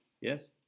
Yes